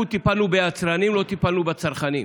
אנחנו טיפלנו ביצרנים, לא טיפלנו בצרכנים.